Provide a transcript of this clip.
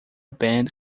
band